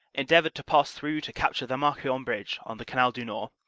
endeavored to pass through to capture the marquion bridge on the canal du nord.